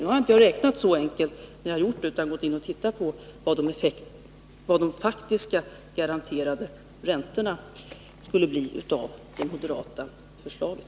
Nu harinte jag räknat så enkelt, utan jag har sett på vad de faktiska, garanterade räntorna skulle bli enligt det moderata förslaget.